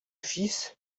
fils